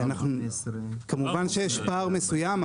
כמובן שיש פער מסוים,